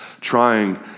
trying